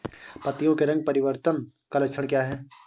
पत्तियों के रंग परिवर्तन का लक्षण क्या है?